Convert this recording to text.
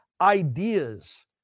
ideas